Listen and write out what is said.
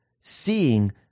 seeing